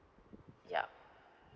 yup